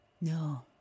No